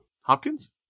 Hopkins